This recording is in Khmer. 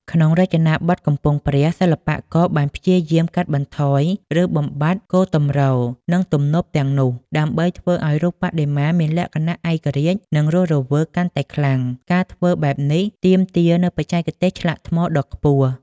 ក្នុងរចនាបថកំពង់ព្រះ សិល្បករបានព្យាយាម កាត់បន្ថយ ឬបំបាត់ គោលទម្រ និងទំនប់ទាំងនោះ ដើម្បីធ្វើឱ្យរូបបដិមាមានលក្ខណៈ ឯករាជ្យ និងរស់រវើក កាន់តែខ្លាំង ការធ្វើបែបនេះទាមទារនូវបច្ចេកទេសឆ្លាក់ថ្មដ៏ខ្ពស់។